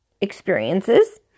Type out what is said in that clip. experiences